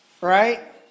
Right